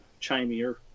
chimier